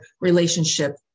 relationship